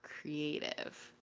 creative